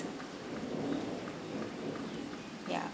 ya